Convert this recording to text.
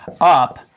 up